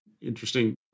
interesting